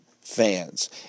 fans